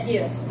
Yes